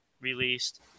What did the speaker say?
released